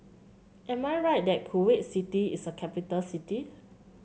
am I right that Kuwait City is a capital city